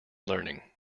learning